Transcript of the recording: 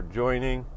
joining